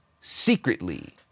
secretly